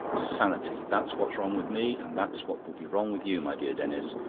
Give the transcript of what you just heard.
sanity that's what's wrong with me and that's what will be wrong with you, my dear denis,